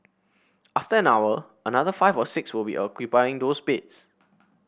after an hour another five or six will be occupying those beds